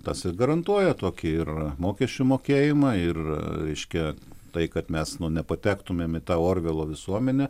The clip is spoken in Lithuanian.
tas ir garantuoja tokį ir mokesčių mokėjimą ir reiškia tai kad mes nepatektumėm į tą orvelo visuomenę